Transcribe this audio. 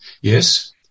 yes